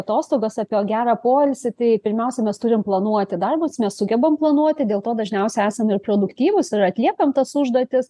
atostogas apie gerą poilsį tai pirmiausia mes turim planuoti darbus mes sugebam planuoti dėl to dažniausia esam ir produktyvūs ir atliekam tas užduotis